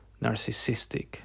narcissistic